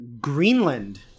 Greenland